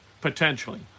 potentially